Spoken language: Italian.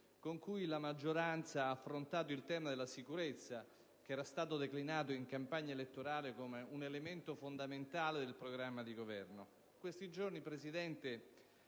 con cui la maggioranza ha affrontato il tema della sicurezza, che era stato declinato in campagna elettorale come un elemento fondamentale del programma di governo. In questi giorni si